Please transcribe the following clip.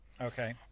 okay